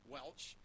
Welch